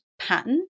pattern